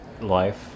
life